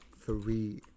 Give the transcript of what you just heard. Three